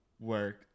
work